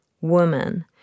woman